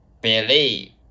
believe